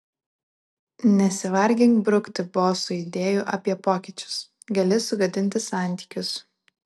nesivargink brukti bosui idėjų apie pokyčius gali sugadinti santykius